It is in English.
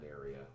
area